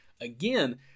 again